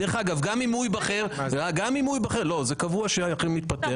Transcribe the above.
דרך אגב, גם אם הוא יבחר, זה קבוע שאכן מתפטר.